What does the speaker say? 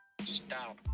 stop